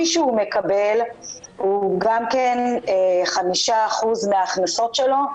שהוא מקבל הוא גם כן 5% מההכנסות שלו.